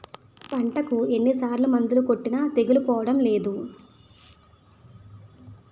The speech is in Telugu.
పంటకు ఎన్ని సార్లు మందులు కొట్టినా తెగులు పోవడం లేదు